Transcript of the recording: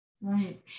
right